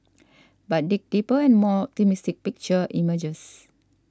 but dig deeper and a more optimistic picture emerges